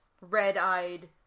red-eyed